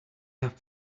have